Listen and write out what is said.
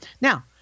Now